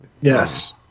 Yes